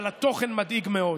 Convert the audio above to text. אבל התוכן מדאיג מאוד.